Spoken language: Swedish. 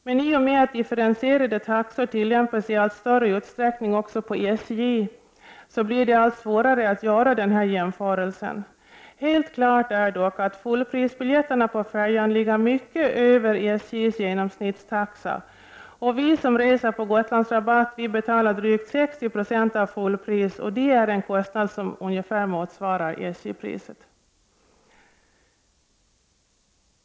Men i och med att differentierade taxor tillämpas i allt större utsträckning också på SJ, så blir det allt svårare att göra denna jämförelse. Helt klart står dock att fullprisbiljetterna på färjan ligger mycket över SJ:s genomsnittstaxa, och vi som reser med Gotlandsrabatt betalar drygt 60 96 av fullpris, och det är en kostnad som ungefär motsvarar SJ-priset.